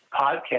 podcast